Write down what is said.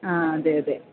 ആ അതെ അതെ